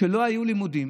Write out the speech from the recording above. כשלא היו לימודים